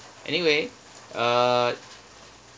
anyway uh